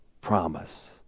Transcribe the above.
promise